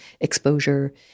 exposure